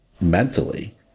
mentally